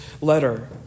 letter